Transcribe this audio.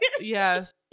Yes